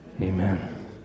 Amen